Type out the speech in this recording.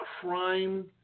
crime